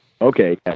Okay